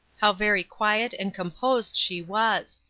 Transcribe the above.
how very quiet and composed she was!